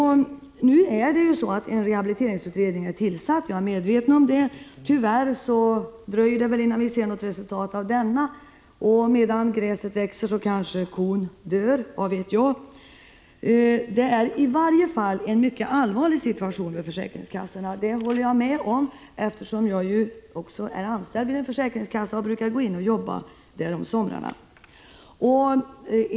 En rehabiliteringsutredning är nu tillsatt — jag är medveten om det. Men tyvärr dröjer det väl innan vi får se något resultat av den. Medan gräset växer kanske kon dör, vad vet jag? Situationen för försäkringskassorna är i varje fall allvarlig. Jag kan intyga att det är så, eftersom jag är anställd vid en 73 försäkringskassa och brukar jobba där om somrarna.